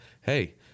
Hey